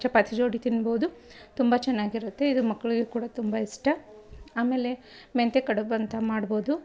ಚಪಾತಿ ಜೋಡಿ ತಿನ್ಬೋದು ತುಂಬ ಚೆನ್ನಾಗಿರುತ್ತೆ ಇದು ಮಕ್ಕಳಿಗೆ ಕೂಡ ತುಂಬ ಇಷ್ಟ ಆಮೇಲೆ ಮೆಂತೆ ಕಡುಬು ಅಂತ ಮಾಡ್ಬೋದು